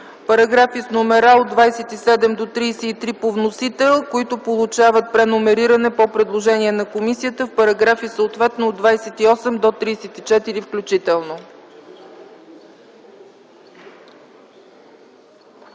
параграфи с номера от 27 до 33 по вносител, които получават преномериране по предложение на комисията в параграфи съответно от 28 до 34 включително.